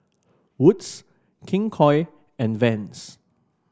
Wood's King Koil and Vans